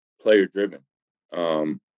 player-driven